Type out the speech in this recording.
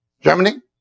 Germany